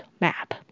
map